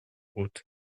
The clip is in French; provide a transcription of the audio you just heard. hautes